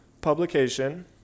publication